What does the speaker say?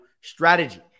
strategy